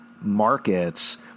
markets